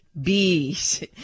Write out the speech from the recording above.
bees